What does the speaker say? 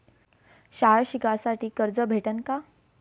शाळा शिकासाठी कर्ज भेटन का?